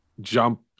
jump